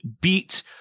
beat